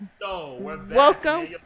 welcome